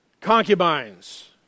concubines